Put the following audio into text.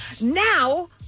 Now